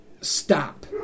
stop